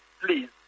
please